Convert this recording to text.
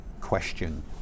question